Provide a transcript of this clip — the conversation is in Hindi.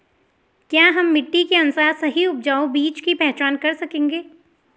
क्या हम मिट्टी के अनुसार सही उपजाऊ बीज की पहचान कर सकेंगे?